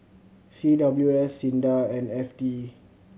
C W S SINDA and F T